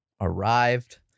arrived